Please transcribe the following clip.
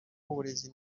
w’uburezi